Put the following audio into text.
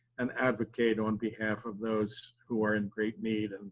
and advocate on behalf of those who are in great need,